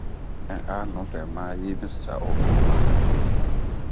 Mun nɛ a nupɛ ma yio sa'o maworo, wala.